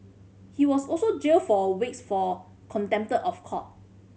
he was also jailed for a weeks for contempt of court